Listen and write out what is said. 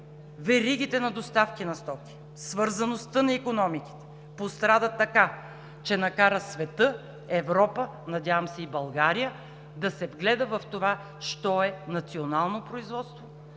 веригите за доставки на стоки, свързаността на икономиките пострада така, че накара светът, Европа, надявам се и България, да се вгледа в това що е национално производство,